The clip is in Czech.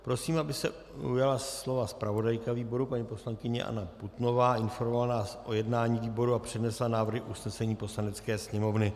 Prosím, aby se ujala slova zpravodajka výboru paní poslankyně Anna Putnová a informovala nás o jednání výboru a přednesla návrhy usnesení Poslanecké sněmovny.